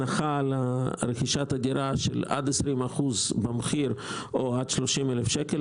הנחה על רכישת הדירה של עד 20% במחיר או עד 300,000 שקל,